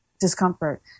discomfort